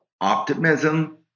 optimism